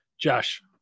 Josh